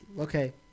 Okay